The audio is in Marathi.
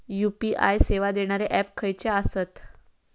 यू.पी.आय सेवा देणारे ऍप खयचे आसत?